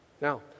Now